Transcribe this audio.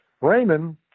Raymond –